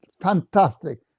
fantastic